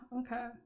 okay